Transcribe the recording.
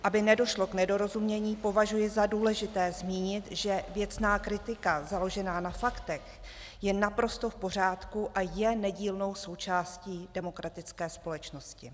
Aby nedošlo k nedorozumění, považuji za důležité zmínit, že věcná kritika založená na faktech je naprosto v pořádku a je nedílnou součástí demokratické společnosti.